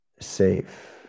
safe